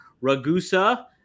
Ragusa